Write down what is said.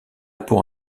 pour